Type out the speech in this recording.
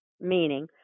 Meaning